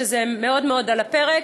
שזה מאוד על הפרק.